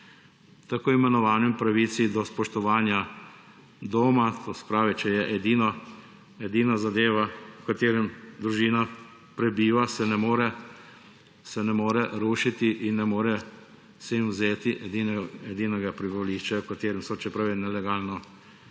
tako imenovani pravici do spoštovanja doma. To se pravi, če je edina zadeva, v kateri družina prebiva, se ne more rušiti in ne more se jim vzeti edinega prebivališča, v katerem so, čeprav je nelegalno zgrajen.